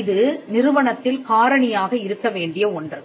இது நிறுவனத்தில் காரணியாக இருக்க வேண்டிய ஒன்று